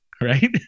Right